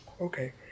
okay